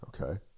Okay